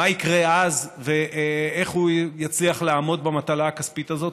מה יקרה אז ואיך הוא יצליח לעמוד במטלה הכספית הזאת,